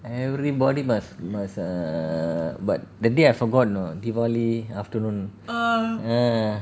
everybody must must err but the day I forgot you know diwali afternoon uh